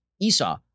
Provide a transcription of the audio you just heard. Esau